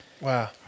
Wow